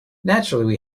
naturally